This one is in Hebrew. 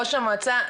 ראש המועצה,